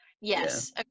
Yes